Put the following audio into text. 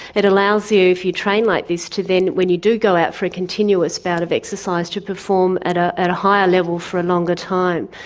it allows you, if you train like this, to then when you do go out for a continuous bout of exercise to perform at ah at a higher level for a longer time.